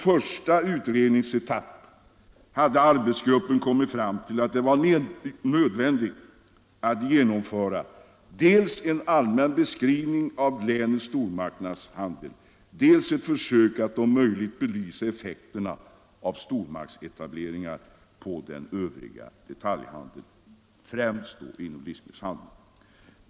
Arbetsgruppen kom fram till att det som en första utredningsetapp var nödvändigt dels att genomföra en allmän beskrivning av landets stormarknadshandel, dels att om möjligt försöka belysa effekterna av stormarknadsetableringar på den övriga detaljhandeln, främst då inom livsmedelshandeln.